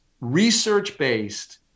research-based